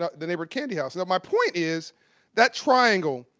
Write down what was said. ah the neighborhood candy house. and my point is that triangle,